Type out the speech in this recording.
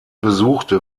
besuchte